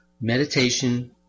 meditation